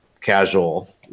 casual